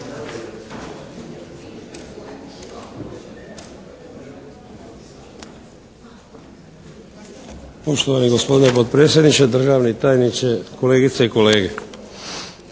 Poštovani gospodine potpredsjedniče, državni tajniče, kolegice i kolege!